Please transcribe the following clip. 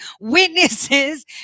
witnesses